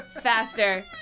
Faster